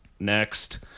next